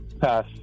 Pass